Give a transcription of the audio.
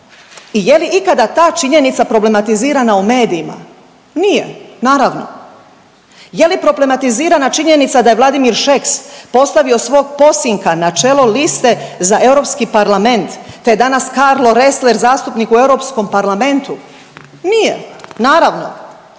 i je li ikada ta činjenica problematizirana u medijima? Nije naravno. Je li problematizirana činjenica da je Vladimir Šeks postavio svog posinka na čelo liste za Europski parlament, te je danas Karlo Ressler zastupnik u Europskom parlamentu? Nije naravno.